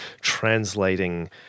translating